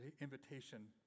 invitation